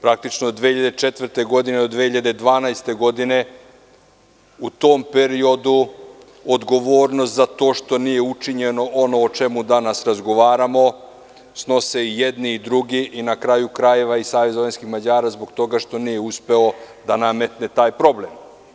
Praktično 2004. godine do 2012. godine, u tom periodu odgovornost za to što nije učinjeno ono o čemu danas razgovaramo snose i jedni i drugi i na kraju krajeva i SVM, zbog toga što nije uspeo da nametne taj problem.